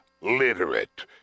literate